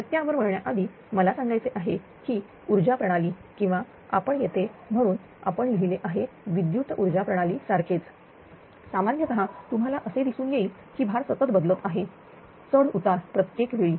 तर त्यावर वळण्याआधी मला सांगायचे आहे की ऊर्जा प्रणाली किंवा आपण येथे म्हणून आपण लिहिले आहे विद्युत ऊर्जा प्रणाली सारखेच सामान्यतः तुम्हाला असे दिसून येईल की भार सतत बदलत आहे बरोबर चढ उतार प्रत्येक वेळी